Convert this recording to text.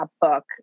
book